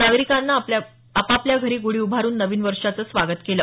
नागरिकांनी आपापल्या घरी गुढी उभारून नवीन वर्षाचं स्वागत केलं